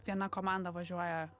viena komanda važiuoja